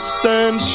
stand